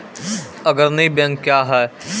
अग्रणी बैंक क्या हैं?